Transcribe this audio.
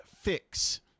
fix